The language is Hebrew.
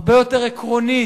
הרבה יותר עקרונית,